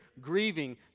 grieving